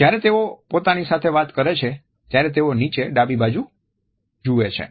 જ્યારે તેઓ પોતાની સાથે વાત કરે છે ત્યારે તેઓ નીચે ડાબી બાજુ જુએ છે